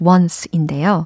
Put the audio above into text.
Once'인데요